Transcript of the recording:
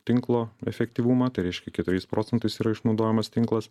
tinklo efektyvumą tai reiškia keturiais procentais yra išnaudojamas tinklas